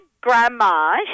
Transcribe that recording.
grandma